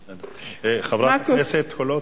חברת הכנסת סולודקין,